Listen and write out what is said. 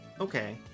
Okay